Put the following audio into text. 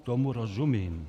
Tomu rozumím.